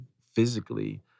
physically